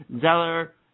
Zeller